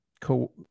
co